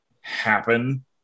happen